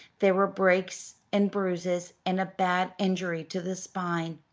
there were breaks and bruises, and a bad injury to the spine.